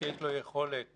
שיש לו יכולת ניתוח,